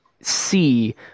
see